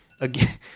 again